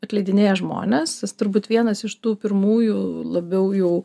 atleidinėja žmones tas turbūt vienas iš tų pirmųjų labiau jau